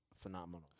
phenomenal